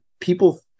people